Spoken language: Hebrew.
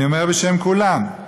אני אומר בשם כולם,